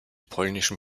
polnischen